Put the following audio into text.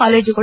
ಕಾಲೇಜುಗಳು